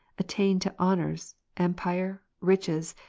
attain to honours, empire, riches,